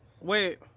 wait